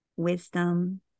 Wisdom